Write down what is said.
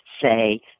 say